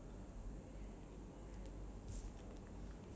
so if you follow the instruction it'll be like perfectly fine like that